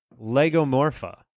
legomorpha